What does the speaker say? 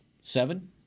Seven